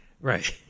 Right